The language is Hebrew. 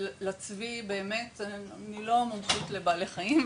אני לא מומחית לבעלי חיים,